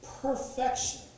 perfection